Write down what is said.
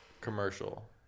commercial